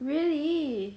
really